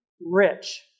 Rich